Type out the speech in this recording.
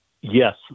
yes